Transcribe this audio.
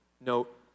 note